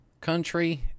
country